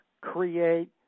create